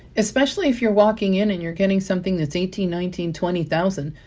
especially if you're walking in, and you're getting something that's eighteen, nineteen, twenty thousand,